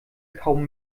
kaum